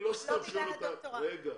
תאמין לי,